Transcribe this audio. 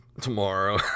tomorrow